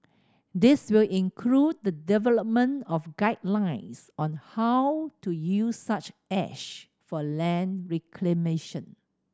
this will include the development of guidelines on how to use such ash for land reclamation